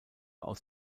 aus